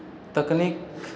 ᱛᱟᱹᱠᱱᱤᱠ